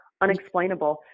unexplainable